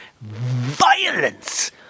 violence